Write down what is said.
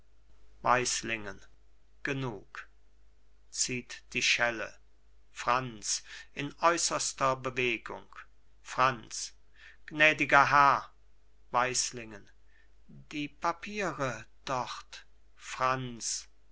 weislingen genug zieht die schelle franz in äußerster bewegung franz gnädiger herr weislingen die papiere dort franz